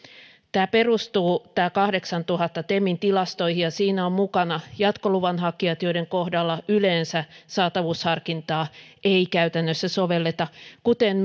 tämä kahdeksantuhatta perustuu temin tilastoihin ja siinä ovat mukana jatkoluvan hakijat joiden kohdalla yleensä saatavuusharkintaa ei käytännössä sovelleta kuten